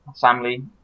family